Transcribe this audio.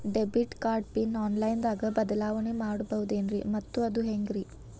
Debit card pin online ದಾಗ ಬದಲಾವಣೆ ಮಾಡಬಹುದೇನ್ರಿ ಮತ್ತು ಅದು ಹೆಂಗ್ರಿ?